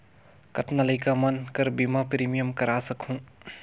कतना लइका मन कर बीमा प्रीमियम करा सकहुं?